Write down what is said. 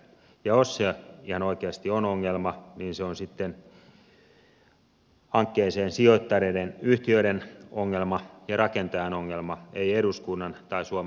jos se ihan oikeasti on ongelma niin se on sitten hankkeeseen sijoittaneiden yhtiöiden ongelma ja rakentajan ongelma ei eduskunnan tai suomen valtion